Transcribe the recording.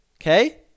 okay